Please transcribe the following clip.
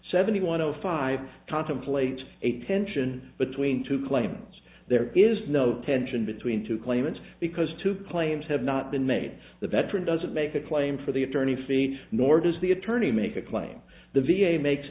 seventy one zero five contemplates a tension between two claims there is no tension between two claimants because two claims have not been made the veteran doesn't make a claim for the attorney feet nor does the attorney make a claim the v a makes